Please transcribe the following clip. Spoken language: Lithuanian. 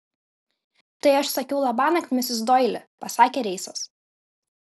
tai aš sakiau labanakt misis doili pasakė reisas